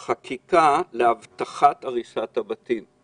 דבר שישי, חקיקה להבטחת הריסת הבתים.